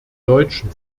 deutschen